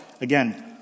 again